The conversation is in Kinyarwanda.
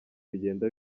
bigenda